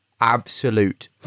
absolute